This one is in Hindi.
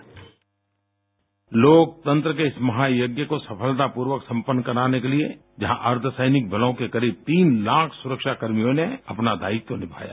बाईट प्रधानमंत्री लोकतंत्र के इस महायज्ञ को समफलतापूर्वक सपन्न कराने के लिए जहां अर्द्धसैनिक बलों के करीब तीन लाख सुरक्षाकर्मियों ने अपना दायित्व निभाया